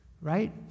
right